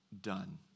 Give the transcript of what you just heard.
done